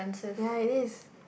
ya it is